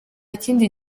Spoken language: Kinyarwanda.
kindi